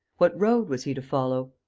what road was he to follow?